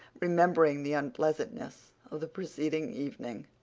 remembering the unpleasantness of the preceding evening,